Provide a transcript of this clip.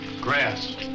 Grass